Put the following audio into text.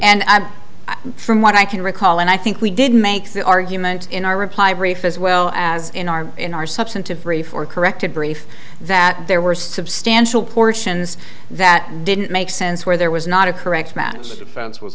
and i'm from what i can recall and i think we did make the argument in our reply brief as well as in our in our substantive brief or corrected brief that there were substantial portions that didn't make sense where there was not a correct match the fence was